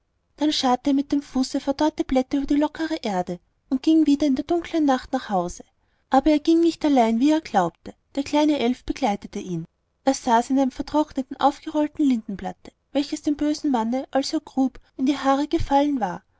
dann scharrte er mit dem fuße verdorrte blätter über die lockere erde und ging wieder in der dunkeln nacht nach hause aber er ging nicht allein wie er glaubte der kleine elf begleitete ihn er saß in einem vertrockneten aufgerollten lindenblatte welches dem bösen manne als er grub in die haare gefallen war